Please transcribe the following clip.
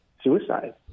suicide